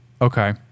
Okay